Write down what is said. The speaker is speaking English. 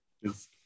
Yes